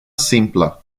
simplă